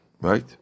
Right